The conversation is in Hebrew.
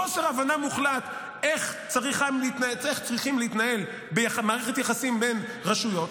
חוסר הבנה מוחלט איך צריכה להתנהל מערכת היחסים בין רשויות,